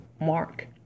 mark